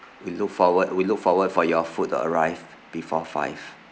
we look forward we look forward for your food to arrive before five